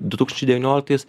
du tūkstančiai devynioliktais